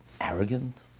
arrogant